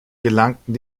gelangten